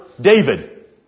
David